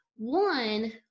One